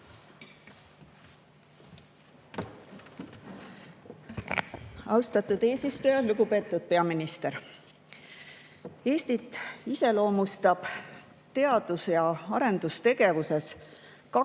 Austatud eesistuja! Lugupeetud peaminister! Eestit iseloomustab teadus‑ ja arendustegevuses